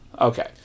Okay